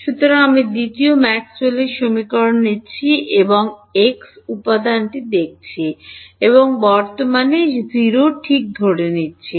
সুতরাং আমি দ্বিতীয় ম্যাক্সওয়েলের সমীকরণ নিচ্ছি এবং এক্স উপাদানটি দেখছি এবং বর্তমান 0 ঠিক ধরে নিচ্ছি